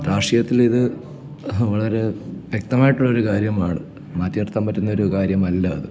രാഷ്ട്രീയത്തിലിത് വളരെ വ്യക്തമായിട്ടുള്ളൊരു കാര്യമാണ് മാറ്റിനിർത്താൻ പറ്റുന്ന ഒരു കാര്യമല്ല അത്